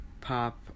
pop